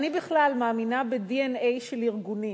אני בכלל מאמינה ב-DNA של ארגונים,